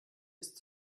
ist